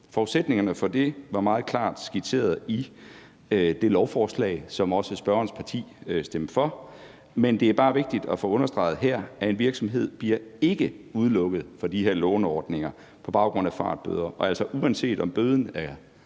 Forudsætningerne for det var meget klart skitseret i det lovforslag, som også spørgerens parti stemte for, men det er bare vigtigt at få understreget her, at en virksomhed ikke bliver udelukket fra de her låneordninger på baggrund af fartbøder, uanset om bøden er,